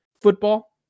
football